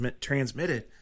transmitted